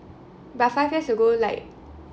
but five years ago like